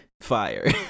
fire